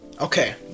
Okay